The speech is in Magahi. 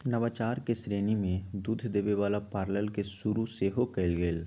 नवाचार के श्रेणी में दूध देबे वला पार्लर के शुरु सेहो कएल गेल